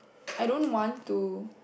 I don't want to